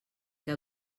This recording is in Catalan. que